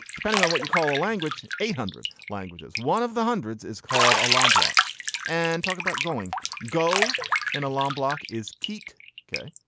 depending on what you call a language. a hundred languages, one of the hundreds is called a la block and talk about going go in a large um block. is keet okay?